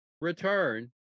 return